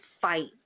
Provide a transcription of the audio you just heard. fight